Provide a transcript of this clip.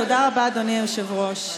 תודה רבה, אדוני היושב-ראש.